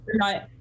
right